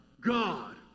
God